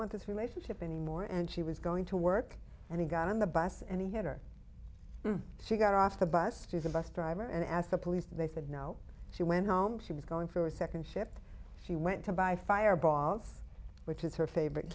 want this relationship anymore and she was going to work and he got on the bus and he hit her she got off the bus to the bus driver and asked the police they said no she went home she was going for a second ship she went to buy fireballs which is her favorite